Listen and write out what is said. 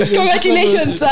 Congratulations